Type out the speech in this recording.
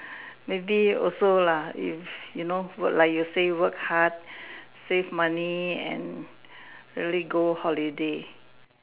maybe also lah it's you know like you say work hard save money and really go holiday